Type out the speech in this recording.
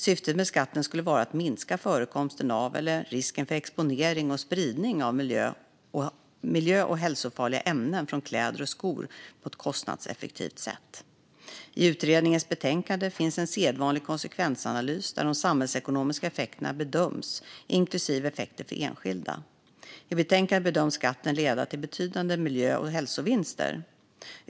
Syftet med skatten skulle vara att minska förekomsten av eller risken för exponering för och spridning av miljö och hälsofarliga ämnen från kläder och skor på ett kostnadseffektivt sätt. I utredningens betänkande finns en sedvanlig konsekvensanalys där de samhällsekonomiska effekterna bedöms, inklusive effekter för enskilda. I betänkandet bedöms skatten leda till betydande miljö och hälsovinster.